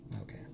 Okay